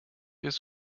ist